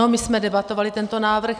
Ano, my jsme debatovali tento návrh.